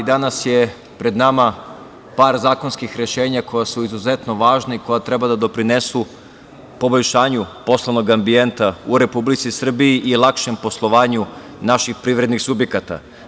Danas su pred nama par zakonskih rešenja koja su izuzetno važna i koja treba da doprinesu poboljšanju poslovnog ambijenta u Republici Srbiji i lakšem poslovanju naših privrednih subjekata.